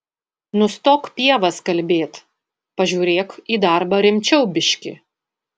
nustok pievas kalbėt pažiūrėk į darbą rimčiau biškį